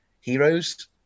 heroes